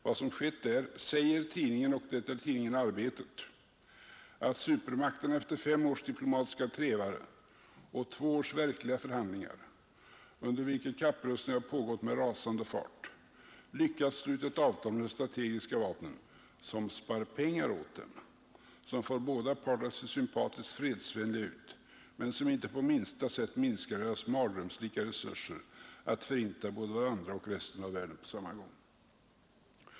Det som skett är, att supermakterna efter fem års diplomatiska trevare och två års verkliga förhandlingar — under vilka kapprustningen har pågått med rasande fart — har lyckats sluta ett avtal om de strategiska vapnen, som spar pengar åt dem, som får båda parter att se sympatiskt fredsvänliga ut, men som inte på minsta sätt minskar deras mardrömslika resurser att förinta både varandra och resten av världen på samma gång.